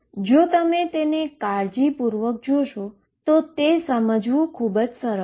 જો તમે તેને કાળજીપૂર્વક જોશો તો તે સમજવું ખૂબ જ સરળ છે